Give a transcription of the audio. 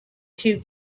two